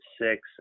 six